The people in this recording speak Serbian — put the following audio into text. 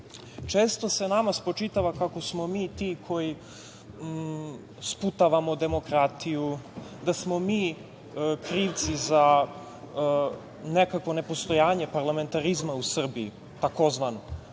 se nama spočitava kako smo mi ti koji sputavamo demokratiju, da smo mi krivci za nekakvo nepostojanje parlamentarizma u Srbiji, takozvano.